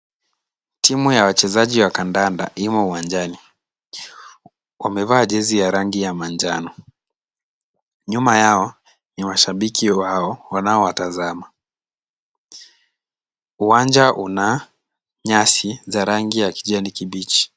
Timu ya wachezaji wa kandanda imo uwanjani. Wamevaa jezi ya rangi ya manjano. Nyuma yao ni mashabiki wao wanaowatazama. Uwanja una nyasi za rangi ya kijani kibichi.